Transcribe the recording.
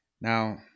Now